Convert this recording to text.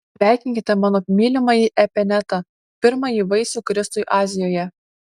sveikinkite mano mylimąjį epenetą pirmąjį vaisių kristui azijoje